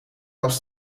was